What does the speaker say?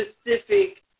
specific